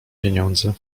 pieniędzy